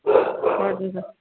हजुर